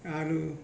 आलु